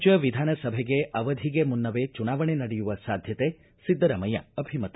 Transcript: ರಾಜ್ಜ ವಿಧಾನಸಭೆಗೆ ಅವಧಿಗೆ ಮುನ್ನವೇ ಚುನಾವಣೆ ನಡೆಯುವ ಸಾಧ್ಯತೆ ಸಿದ್ದರಾಮಯ್ಯ ಅಭಿಮತ